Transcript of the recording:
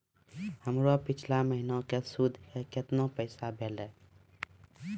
हमर पिछला महीने के सुध के केतना पैसा भेलौ?